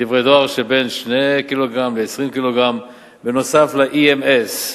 דברי דואר שבין 2 ק"ג ל-20 ק"ג, בנוסף ל-EMS.